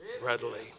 readily